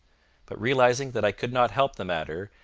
but realizing that i could not help the matter,